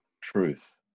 truth